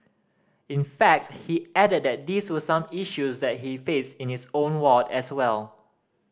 in fact he added that these were some issues that he faced in his own ward as well